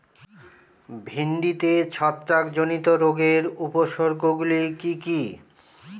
ভিন্ডিতে ছত্রাক জনিত রোগের উপসর্গ গুলি কি কী?